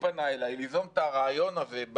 פנה אליי ליזום את הרעיון הזה,